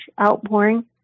outpouring